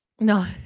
No